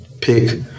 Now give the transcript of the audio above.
pick